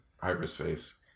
hyperspace